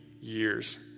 years